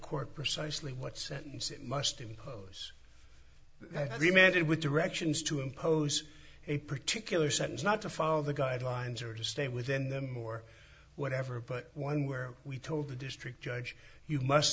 court precisely what sentence it must impose i demanded with directions to impose a particular sentence not to follow the guidelines or to stay within them or whatever but one where we told the district judge you must